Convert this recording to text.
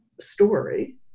story